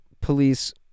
police